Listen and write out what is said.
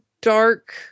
dark